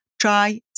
try